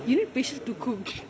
you need patience to cook